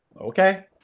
Okay